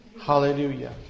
Hallelujah